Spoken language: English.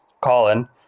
colin